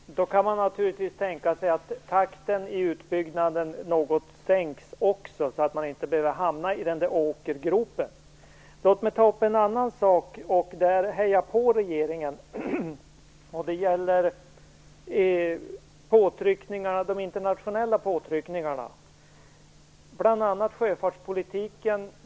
Fru talman! Då kan man naturligtvis tänka sig att takten i utbyggnaden sänks något, så att man inte behöver hamna i den där åkergropen. Låt mig ta upp en annan sak, där jag vill heja på regeringen. Det gäller de internationella påtryckningarna, bl.a. i fråga om sjöfartspolitiken.